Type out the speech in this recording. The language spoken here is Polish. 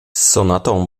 sonatą